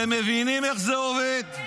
אתה פשוט משקר.